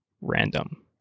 random